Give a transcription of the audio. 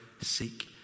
seek